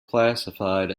classified